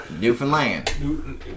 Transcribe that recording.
Newfoundland